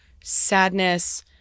sadness